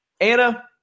Anna